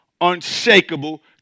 unshakable